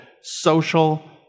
social